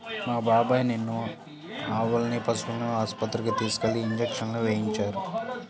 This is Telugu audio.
మా బాబాయ్ నిన్న ఆవుల్ని పశువుల ఆస్పత్రికి తీసుకెళ్ళి ఇంజక్షన్లు వేయించారు